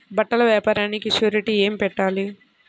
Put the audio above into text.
బట్టల వ్యాపారానికి షూరిటీ ఏమి పెట్టాలి?